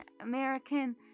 American